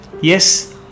Yes